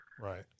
Right